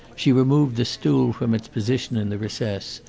she removed the stool from its position in the recess,